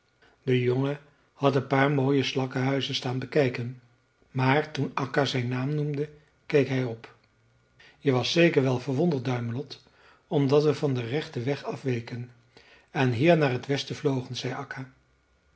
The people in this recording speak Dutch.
de jongen had een paar mooie slakkenhuizen staan bekijken maar toen akka zijn naam noemde keek hij op je was zeker wel verwonderd duimelot omdat we van den rechten weg afweken en hier naar t westen vlogen zei akka